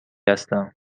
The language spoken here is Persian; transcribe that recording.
هستم